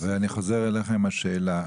ואני חוזר אליך עם השאלה,